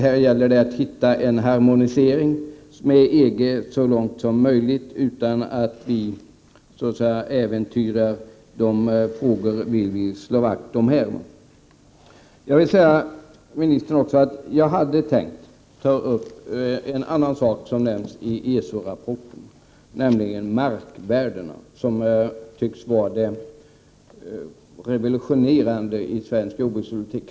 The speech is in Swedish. Det gäller att finna en harmonisering med EG som kan gå så långt som möjligt utan att vi äventyrar de frågor som vi diskuterar i dag och de intressen som vi vill slå vakt om. Jag vill säga till ministern att jag hade tänkt ta upp en annan sak som också nämns i ESO-rapporten, nämligen markvärdena som tycks vara det revolutionerande i svensk jordbrukspolitik.